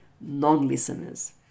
non-listeners